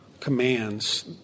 commands